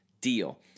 deal